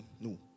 no